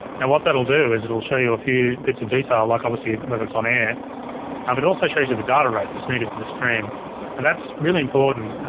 now what that'll do is it'll show you a few bits of detail like obviously whether it's on-air. ah but it also shows you the data rate that's needed for the stream and that's really important,